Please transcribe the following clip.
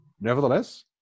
Nevertheless